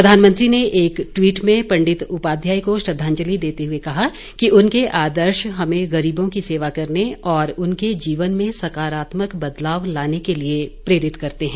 प्रधानमंत्री ने एक ट्वीट में पंडित उपाध्याय को श्रद्धांजलि देते हुए कहा कि उनके आदर्श हमें गरीबों की सेवा करने और उनके जीवन में सकारात्मक बदलाव लाने के लिए प्रेरित करते हैं